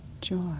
joy